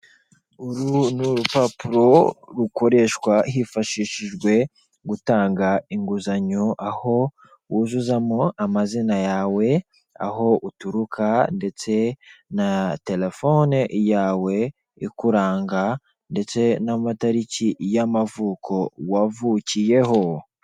Uru ni urupapuro rukoreshwa hifashishijwe gutanga inguzanyo, aho wuzuzamo amazina yawe, aho uturuka ndetse na telefone yawe ikuranga, ndetse n'amatariki y'amavuko wavukiyeho.